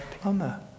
plumber